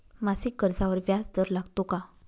मासिक कर्जावर व्याज दर लागतो का?